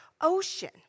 ocean